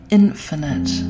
infinite